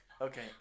Okay